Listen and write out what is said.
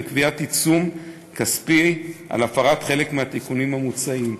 וקביעת עיצום כספי על הפרת חלק מהתיקונים המוצעים.